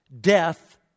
death